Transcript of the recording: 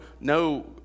no